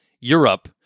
Europe